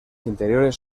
interiores